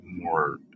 more